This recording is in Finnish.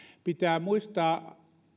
pitää muistaa